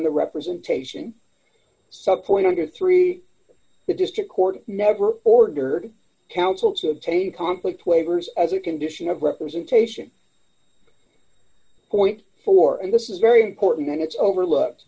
the representation sub four hundred and three the district court never ordered counsel to obtain conflict waivers as a condition of representation point four and this is very important that it's overlooked